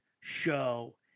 show